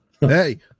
Hey